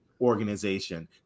organization